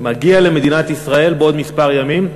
מגיע למדינת ישראל בעוד מספר ימים.